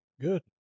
Good